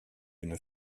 une